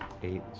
eight,